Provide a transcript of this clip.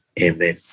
amen